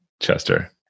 Chester